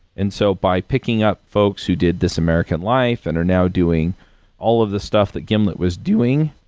and so, by picking up folks who did this american life and are now doing all of the stuff that gimlet was doing,